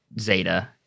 zeta